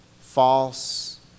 false